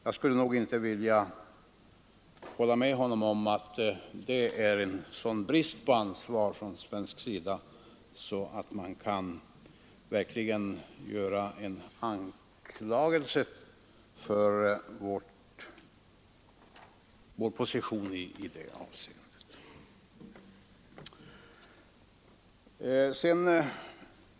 Jag skulle nog inte vilja hålla med honom om att det är en sådan brist på ansvar från svensk sida att man verkligen kan uttala en anklagelse för vår position i det avseendet.